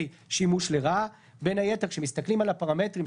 תסבירו איך זה נותן מענה גם בפרקטיקה.